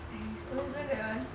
grade one